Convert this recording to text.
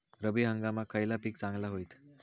रब्बी हंगामाक खयला पीक चांगला होईत?